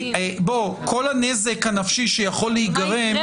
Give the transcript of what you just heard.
כל הנזק הנפשי שיכול להיגרם --- מה יקרה